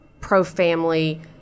pro-family